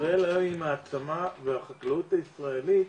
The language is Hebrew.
ישראל היום היא מעצמה, והחקלאות הישראלית,